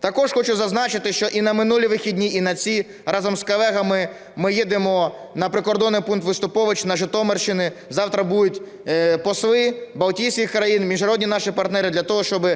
Також хочу зазначити, що і на минулі вихідні, і на ці разом з колегами ми їдемо на прикордонний пункт "Виступовичі" на Житомирщині, завтра будуть посли балтійських країн, міжнародні наші партнери для того, щоб